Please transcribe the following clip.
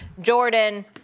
Jordan